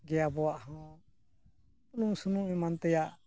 ᱜᱮ ᱟᱵᱚᱣᱟᱜ ᱦᱚᱸ ᱵᱩᱞᱩᱝ ᱥᱩᱱᱩᱢ ᱮᱢᱟᱱ ᱛᱮᱭᱟᱜ ᱦᱩᱭᱩᱜᱼᱟ